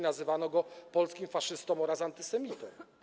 Nazywano go polskim faszystą oraz antysemitą.